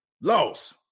Loss